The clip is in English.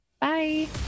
bye